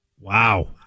Wow